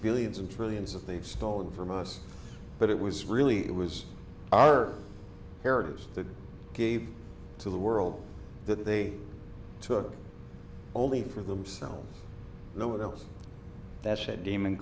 billions and trillions of they've stolen from us but it was really it was our heritage that gave to the world that they took only for themselves no one else that's a demon